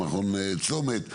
מכון צומת,